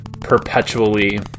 perpetually